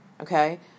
Okay